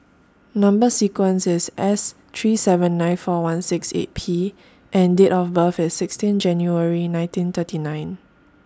Number sequence IS S three seven nine four one six eight P and Date of birth IS sixteen January nineteen thirty nine